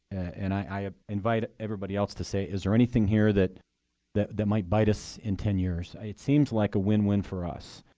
and i invite everybody else to say, is there anything here that that might bite us in ten years. it seems like a win-win for us.